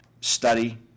study